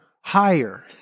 higher